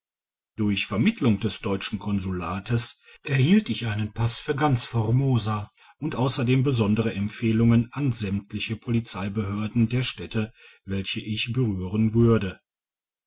durch vermittlung des deutschen konsulates erhielt ich einen pass für ganz formosa und ausserdem besondere empfehlungen an sämtliche polizeibehörden der städte welche ich berühren würde